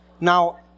Now